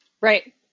Right